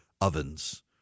ovens